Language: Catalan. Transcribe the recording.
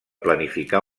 planificar